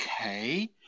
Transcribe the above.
Okay